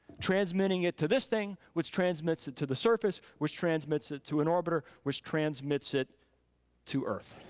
transmitting it to this thing, which transmits it to the surface, which transmits it to an orbiter, which transmits it to earth.